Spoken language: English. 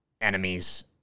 enemies